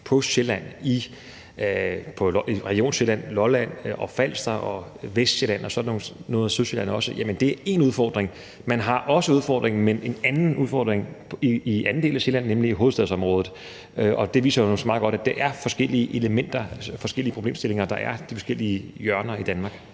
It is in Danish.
lægedækning er i Region Sjælland, Lolland og Falster, Vestsjælland og også noget af Sydsjælland én udfordring, og man har også udfordringen, men en anden udfordring, i en anden del af Sjælland, nemlig i hovedstadsområdet. Og det viser jo så meget godt, at det er forskellige elementer, altså forskellige problemstillinger, der er i de forskellige hjørner af Danmark.